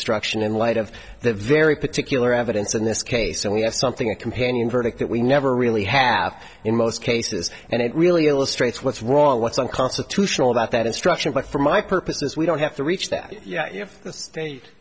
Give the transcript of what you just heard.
instruction in light of the very particular evidence in this case and we have something a companion verdict that we never really have in most cases and it really illustrates what's wrong what's unconstitutional about that instruction but for my purposes we don't have to reach that